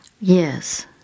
yes